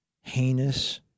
heinous